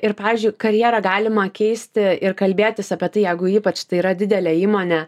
ir pavyzdžiui karjerą galima keisti ir kalbėtis apie tai jegu ypač tai yra didelė įmonė